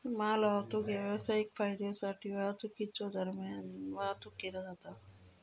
मालवाहतूक ह्या व्यावसायिक फायद्योसाठी मालवाहतुकीच्यो दरान वाहतुक केला जाता